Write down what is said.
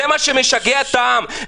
זה מה שמשגע את העם.